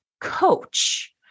coach